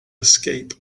escape